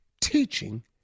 Teaching